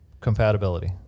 compatibility